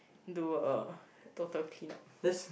do a total clean up